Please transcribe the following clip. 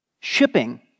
shipping